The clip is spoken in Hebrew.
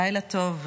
לילה טוב,